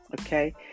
okay